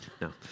No